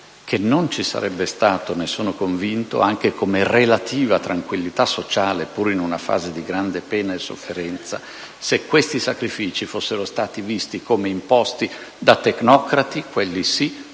che non ci sarebbe stato (ne sono convinto, anche come relativa tranquillità sociale, pure in una fase di grande pena e sofferenza) se quei sacrifici fossero stati visti come imposti da tecnocrati, quelli sì,